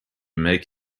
make